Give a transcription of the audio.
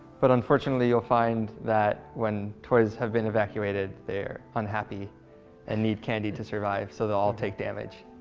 but unfortunately, you'll find that when toys have been evacuated, they're unhappy and need candy to survive, so they'll all take damage.